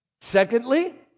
Secondly